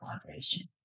collaboration